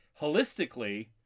holistically